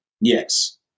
Yes